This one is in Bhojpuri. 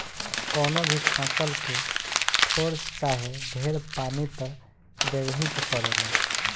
कवनो भी फसल के थोर चाहे ढेर पानी त देबही के पड़ेला